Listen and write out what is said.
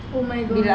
oh my god